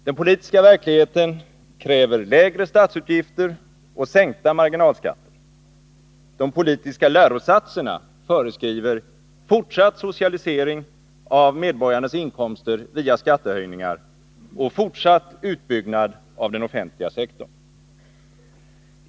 Den politiska verkligheten kräver lägre statsutgifter och sänkta marginalskatter, de politiska lärosatserna föreskriver fortsatt socialisering av medborgarnas inkomster via skattehöjningar och fortsatt utbyggnad av den offentliga sektorn.